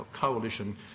coalition